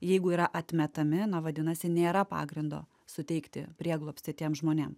jeigu yra atmetami na vadinasi nėra pagrindo suteikti prieglobstį tiems žmonėm